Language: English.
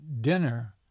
dinner